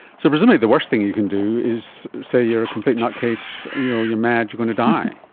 so presumably the worst thing you can do is say you're a complete nutcase, you know you're mad, you're going to die.